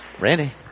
Randy